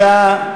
בעד, 59,